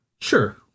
Sure